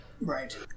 Right